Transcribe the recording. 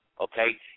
Okay